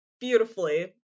beautifully